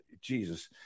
Jesus